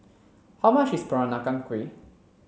how much is Peranakan Kueh